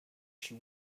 she